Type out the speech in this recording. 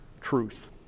truth